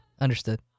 Understood